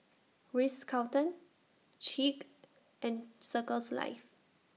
Ritz Carlton Schick and Circles Life